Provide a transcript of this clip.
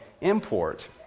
import